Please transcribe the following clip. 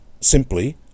simply